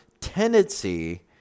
tendency